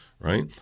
right